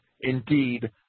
indeed